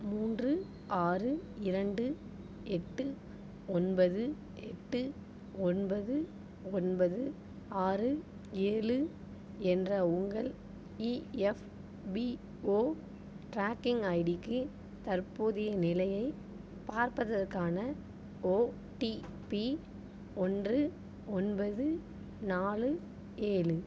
மூன்று ஆறு இரண்டு எட்டு ஒன்பது எட்டு ஒன்பது ஒன்பது ஆறு ஏழு என்ற உங்கள் இஎஃப்பிஓ ட்ராக்கிங் ஐடிக்கு தற்போதைய நிலையைப் பார்ப்பதற்கான ஓடிபி ஒன்று ஒன்பது நாலு ஏழு